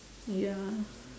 ya